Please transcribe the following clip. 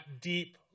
deep